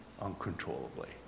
uncontrollably